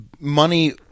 money